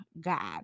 God